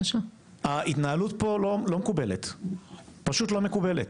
ההתנהלות פה לא מקובלת, פשוט לא מקובלת,